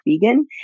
vegan